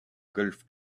golf